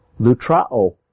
lutrao